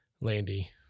Landy